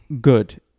good